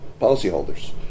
policyholders